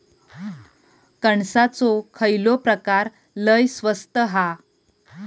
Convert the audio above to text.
कणसाचो खयलो प्रकार लय स्वस्त हा?